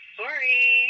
sorry